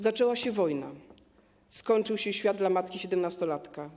Zaczęła się wojna, skończył się świat dla matki siedemnastolatka.